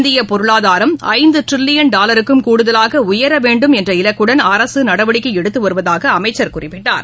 இந்திய பொருளாதாரம் ஐந்து ட்ரில்லியன் டாலருக்கும் கூடுதலாக உயரவேண்டும் என்ற இலக்குடன் அரசு நடவடிக்கை எடுத்து வருவதாக அமைச்சர் குறிப்பிட்டார்